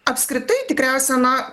apskritai tikriausia na